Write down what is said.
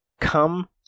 Come